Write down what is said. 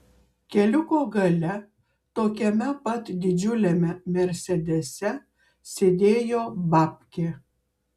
keliuko gale tokiame pat didžiuliame mersedese sėdėjo babkė